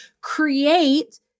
create